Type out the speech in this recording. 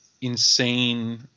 insane